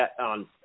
on